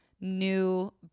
new